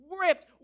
ripped